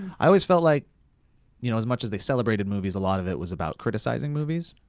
i always felt like you know as much as they celebrated movies, a lot of it was about criticizing movies,